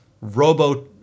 robo